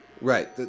Right